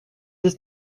dix